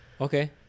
Okay